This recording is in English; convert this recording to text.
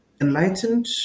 enlightened